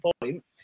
point